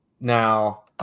Now